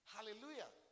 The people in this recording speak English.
Hallelujah